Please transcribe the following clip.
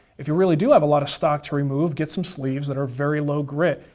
if you really do have a lot of stock to remove get some sleeves that are very low grit.